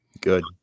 Good